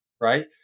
right